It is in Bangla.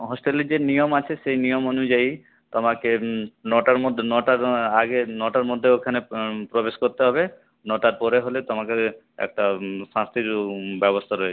হোস্টেলের যে নিয়ম আছে সেই নিয়ম অনুযায়ী তোমাকে নটার মধ্যে নটার আগে নটার মধ্যে ওখানে প্রবেশ করতে হবে নটার পরে হলে তোমাকে একটা শাস্তির ব্যবস্থা রয়েছে